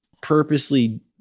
purposely